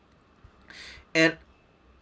and